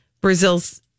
Brazil's